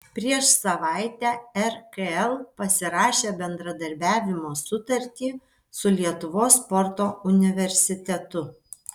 prieš savaitę rkl pasirašė bendradarbiavimo sutartį su lietuvos sporto universitetu